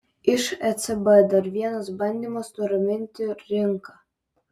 iš ecb dar vienas bandymas nuraminti rinką